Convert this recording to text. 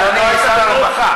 אדוני שר הרווחה.